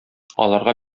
аларга